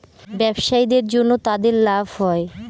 ব্যবসায়ীদের জন্য তাদের লাভ হয়